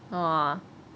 !wah!